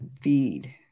feed